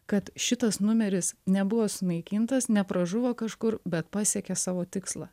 kad šitas numeris nebuvo sunaikintas nepražuvo kažkur bet pasiekė savo tikslą